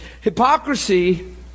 Hypocrisy